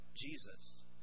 Jesus